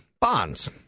Bonds